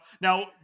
Now